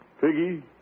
Piggy